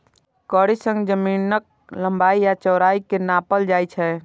कड़ी सं जमीनक लंबाइ आ चौड़ाइ कें नापल जाइ छै